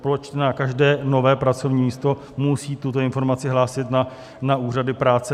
Proč na každé nové pracovní místo musí tuto informaci hlásit na úřady práce?